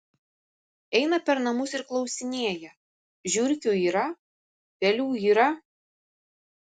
eina per namus ir klausinėja žiurkių yra pelių yra